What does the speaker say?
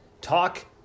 talk